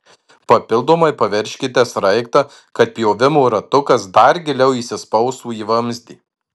papildomai paveržkite sraigtą kad pjovimo ratukas dar giliau įsispaustų į vamzdį